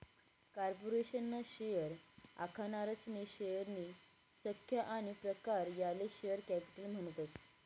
corporation ना share आखनारासनी शेअरनी संख्या आनी प्रकार याले शेअर कॅपिटल म्हणतस